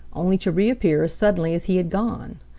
only to reappear as suddenly as he had gone.